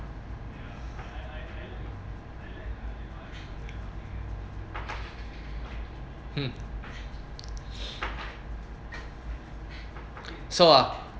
mm so ah